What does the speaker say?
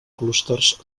clústers